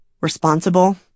responsible